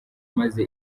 maze